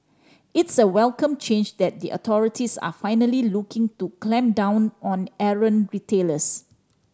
it's a welcome change that the authorities are finally looking to clamp down on errant retailers